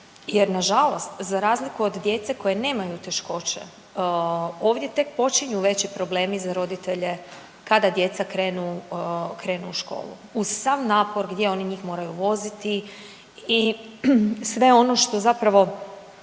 jer nažalost, za razliku od djece koje nemaju teškoće, ovdje tek počinju veći problemi za roditelje kada djeca krenu u školu, uz sav napor gdje oni njih moraju voziti i sve ono što zapravo